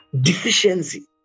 deficiency